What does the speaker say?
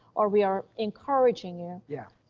or we are encouraging you. yeah.